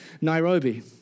Nairobi